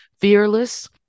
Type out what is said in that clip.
fearless